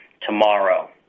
tomorrow